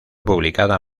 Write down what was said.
publicada